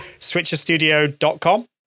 switcherstudio.com